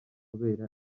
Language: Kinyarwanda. kubera